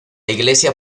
iglesia